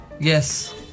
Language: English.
yes